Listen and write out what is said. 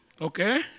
Okay